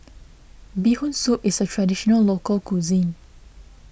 Bee Hoon Soup is a Traditional Local Cuisine